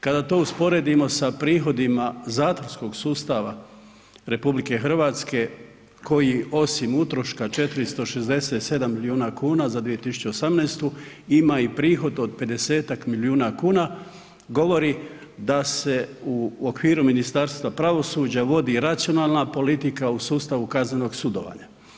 Kada to usporedimo sa prihodima zatvorskog sustava RH koji osim utroška 467 milijuna kuna za 2018. ima i prihod od 50-tak milijuna kuna, govori da se u okviru Ministarstva pravosuđa vodi racionalna politika u sustavu kaznenog sudovanja.